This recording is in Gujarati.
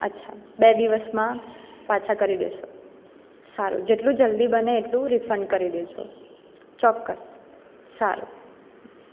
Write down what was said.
અચ્છા બે દિવસમાં પાછા કરી દેશો સારું જેટલું જલ્દી બને એટલું રિફંડ કરી દેજો ચોક્કસ સારું